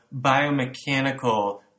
biomechanical